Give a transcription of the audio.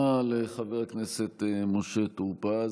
תודה רבה לחבר הכנסת משה טור פז.